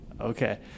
okay